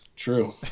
true